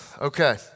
Okay